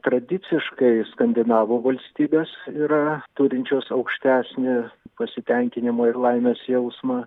tradiciškai skandinavų valstybės yra turinčios aukštesnį pasitenkinimo ir laimės jausmą